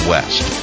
West